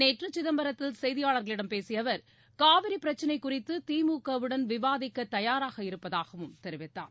நேற்று சிதம்பரத்தில் செய்தியாளர்களிடம் பேசிய அவர் காவிரி பிரச்னை குறித்து திமுகவுடன் விவாதிக்க தயாராக இருப்பதாகவும் தெரிவித்தார்